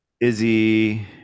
Izzy